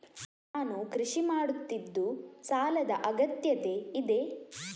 ನಾನು ಕೃಷಿ ಮಾಡುತ್ತಿದ್ದು ಸಾಲದ ಅಗತ್ಯತೆ ಇದೆ?